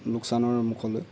লোকচানৰ মুখলৈ